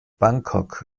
bangkok